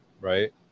right